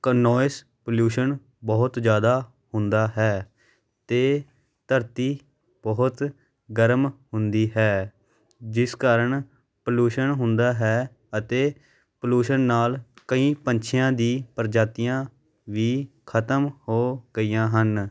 ਕਨੋਇਸ pollution ਬਹੁਤ ਜ਼ਿਆਦਾ ਹੁੰਦਾ ਹੈ ਅਤੇ ਧਰਤੀ ਬਹੁਤ ਗਰਮ ਹੁੰਦੀ ਹੈ ਜਿਸ ਕਾਰਨ ਪਲਿਊਸ਼ਨ ਹੁੰਦਾ ਹੈ ਅਤੇ ਪੋਲਿਊਸ਼ਨ ਨਾਲ ਕਈ ਪੰਛੀਆਂ ਦੀ ਪ੍ਰਜਾਤੀਆਂ ਵੀ ਖਤਮ ਹੋ ਗਈਆਂ ਹਨ